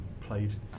played